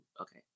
okay